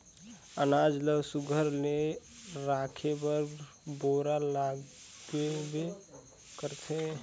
अनाज ल सुग्घर ले राखे बर बोरा लागबे करथे